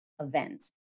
events